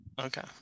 Okay